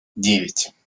девять